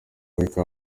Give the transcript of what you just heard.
wake